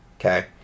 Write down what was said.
Okay